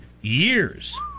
years